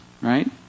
right